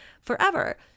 forever